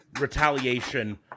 retaliation